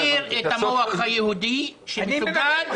אני מכיר את המוח היהודי כשמדובר --- אני